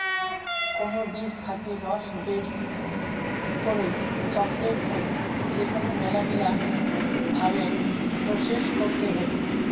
cocoa বীজ থাকি রস বের করই চকলেট হই যেটোকে মেলাগিলা ভাবে প্রসেস করতে হই